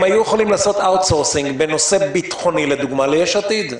הם היו יכולים לעשות אאוטסורסינג בנושא ביטחוני לדוגמה ליש עתיד.